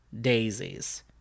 daisies